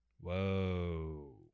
Whoa